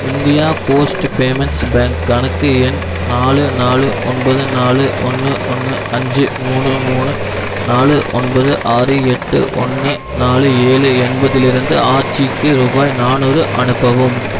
India post payments bank கணக்கு எண் நாலு நாலு ஒன்பது நாலு ஒன்று ஒன்று அஞ்சு மூணு மூணு நாலு ஒன்பது ஆறு எட்டு ஒன்று நாலு ஏழு என்பதிலிருந்து ஆச்சிக்கு ரூபாய் நானூறு அனுப்பவும்